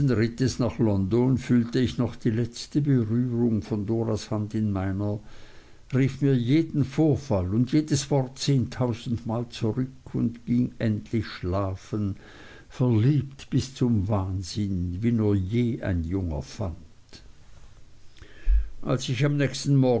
rittes nach london fühlte ich noch die letzte berührung von doras hand in meiner rief mir jeden vorfall und jedes wort zehntausendmal zurück und ging endlich schlafen verliebt bis zum wahnsinn wie nur je ein junger fant als ich am nächsten morgen